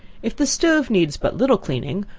if the stove needs but little cleaning,